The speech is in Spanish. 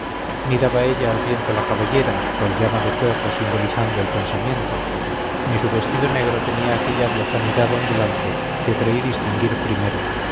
daba ella al viento la cabellera cual llama de fuego simbolizando el pensamiento ni su vestido negro tenía aquella diafanidad ondulante que creí distinguir primero